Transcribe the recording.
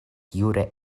jure